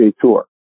tour